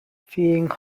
fearing